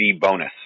bonus